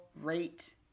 rate